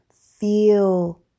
feel